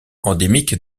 endémique